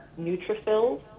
neutrophils